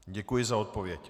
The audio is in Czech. Děkuji za odpověď.